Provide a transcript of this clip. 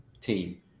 team